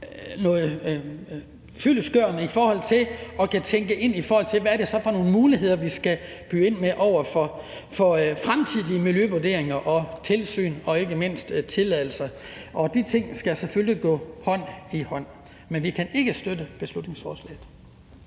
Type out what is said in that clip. noget fyldestgørende i forhold til at tænke over, hvad det så er for nogle muligheder, vi skal byde ind med over for fremtidige miljøvurderinger og tilsyn og ikke mindst tilladelser. De ting skal selvfølgelig gå hånd i hånd, men vi kan ikke støtte beslutningsforslaget.